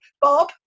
Bob